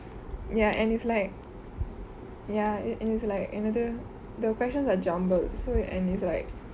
ya and it's like ya and it's like another the questions are jumbled so you and it's like